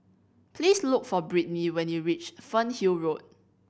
please look for Britney when you reach Fernhill Road